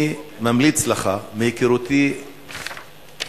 אני ממליץ לך, מהיכרותי עם כבודו,